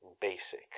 basic